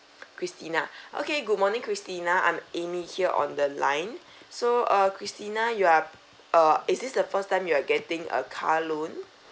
christina okay good morning christina I'm amy here on the line so uh christina you are uh is this the first time you're getting a car loan